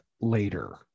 later